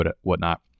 whatnot